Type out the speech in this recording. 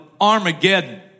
Armageddon